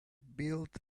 built